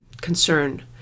concern